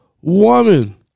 woman